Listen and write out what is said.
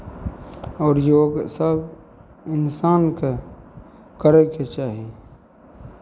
आओर योग सभ इंसानकेँ करयके चाही